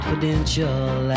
Confidential